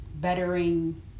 bettering